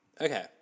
Okay